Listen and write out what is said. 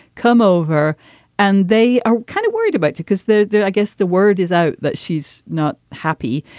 come over and they are kind of worried about because they're they're i guess the word is out that she's not happy.